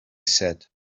said